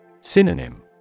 Synonym